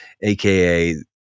aka